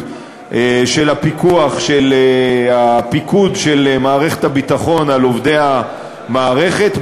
של הפיקוח של הפיקוד של מערכת הביטחון על עובדי המערכת,